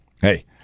hey